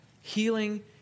healing